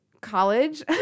college